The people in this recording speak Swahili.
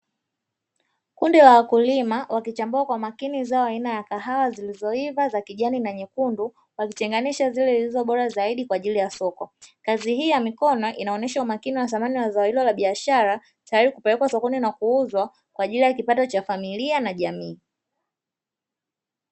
Kundi la wakulima, wakichambua kwa makini zao aina ya kahawa zilizoiva za kijani na nyekundu, wakitenganisha zile zilizo bora zaidi kwa ajili ya soko. Kazi hii ya mikono inaonyesha umakini wa thamani ya zao hilo la biashara, tayari kupelekwa sokoni na kuuzwa kwa ajili ya kipato cha familia na jamii.